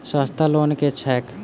सस्ता लोन केँ छैक